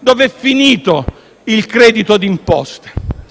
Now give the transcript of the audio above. Dov'è finito il credito d'imposta?